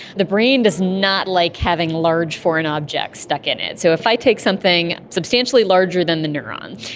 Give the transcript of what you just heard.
the brain does not like having large foreign objects stuck in it. so if i take something substantially larger than the neuron,